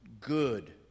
good